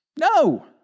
No